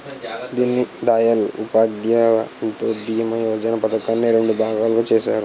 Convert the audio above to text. దీన్ దయాల్ ఉపాధ్యాయ అంత్యోదయ యోజన పధకాన్ని రెండు భాగాలుగా చేసారు